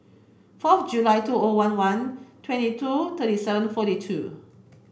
fourth July two O one one twenty two thirty seven forty two